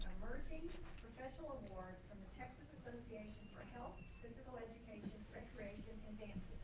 emerging professional award in the texas association for health, physical education, recreation and dance